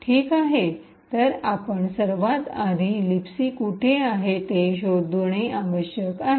ठीक आहे तर आपण सर्वात आधी लिबसी कोठे आहे ते शोधणे आवश्यक आहे